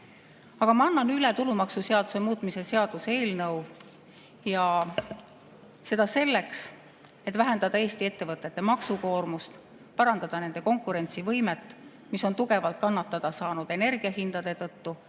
näha. Ma annan üle tulumaksuseaduse muutmise seaduse eelnõu ja seda selleks, et vähendada Eesti ettevõtete maksukoormust, parandada nende konkurentsivõimet, mis on tugevalt kannatada saanud energiahindade tõttu,